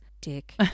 dick